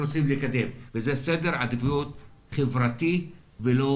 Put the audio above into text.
רוצים לקדם וזה סדר עדיפות חברתי ולא